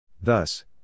Thus